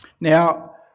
Now